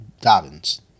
Dobbins